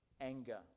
anger